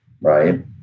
right